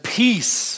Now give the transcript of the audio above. peace